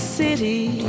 city